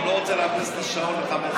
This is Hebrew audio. הוא לא רוצה לאפס את השעון ל-15.